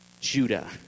Judah